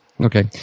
Okay